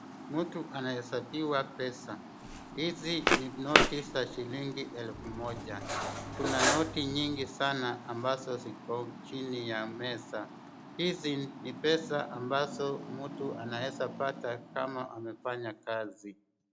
Mtu anahesabiwa pesa, hizi ni noti za shilingi elfu moja. Kuna noti nyingi sana ambazo ziko chini ya meza. Hizi ni pesa ambazo mtu anaeza pata kama anafanya kazi.